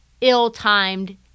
ill-timed